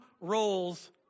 roles